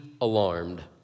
alarmed